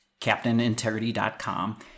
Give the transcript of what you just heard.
captainintegrity.com